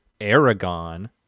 Aragon